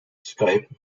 skype